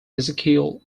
ezekiel